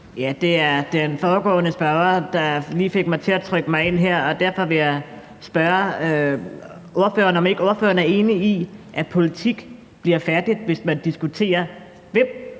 Det var den foregående spørger, der lige fik mig til at trykke mig ind her, og derfor vil jeg spørge ordføreren, om ikke ordføreren er enig i, at politik bliver fattigt, hvis man diskuterer, hvem